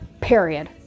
Period